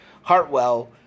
Hartwell